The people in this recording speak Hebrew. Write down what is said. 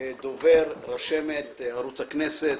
דובר, רשמת, ערוץ הכנסת.